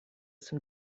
some